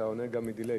אלא עונה גם מדיליה.